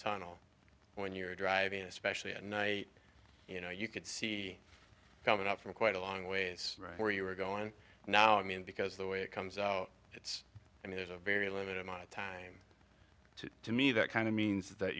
tunnel when you're driving especially at night you know you could see coming up from quite a long ways where you are going now i mean because the way it comes out it's i mean it's a very limited amount of time to me that kind of means that